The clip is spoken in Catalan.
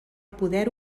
poder